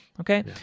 Okay